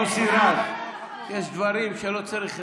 מוסי רז, יש דברים שלא צריך.